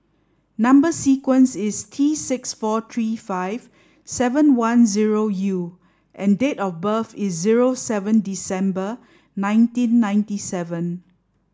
number sequence is T six four three five seven one zero U and date of birth is zero seven December nineteen ninety seven